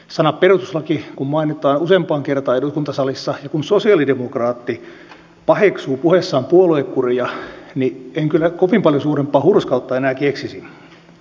sana perustuslaki kun mainitaan useampaan kertaan eduskuntasalissa ja kun sosialidemokraatti paheksuu puheessaan puoluekuria niin en kyllä kovin paljon suurempaa hurskautta enää keksisi